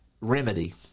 remedy